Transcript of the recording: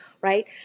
right